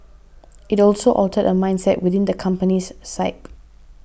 it also altered a mindset within the country's psyche